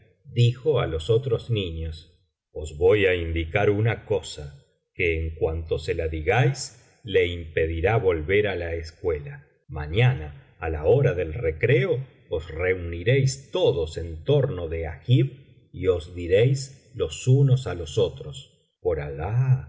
dijo á los otros niños os voy á indicar una cosa que en cuanto se la digáis le impedirá volver á la escuela mañana á la hora del recreo os reuniréis todos en torno de agib y os diréis los unos á los otros por alah